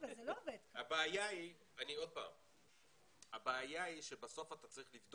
אבל זה לא משנה, מה שהיא אומרת שאתה צריך לראות